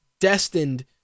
destined